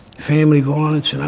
family violence.